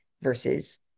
versus